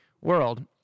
World